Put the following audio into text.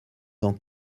dans